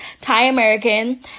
Thai-American